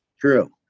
True